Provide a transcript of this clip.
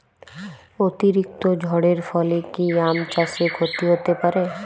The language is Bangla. অতিরিক্ত ঝড়ের ফলে কি আম চাষে ক্ষতি হতে পারে?